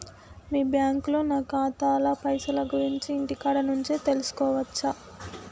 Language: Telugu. మీ బ్యాంకులో నా ఖాతాల పైసల గురించి ఇంటికాడ నుంచే తెలుసుకోవచ్చా?